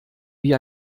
wie